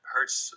Hurts